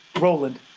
Roland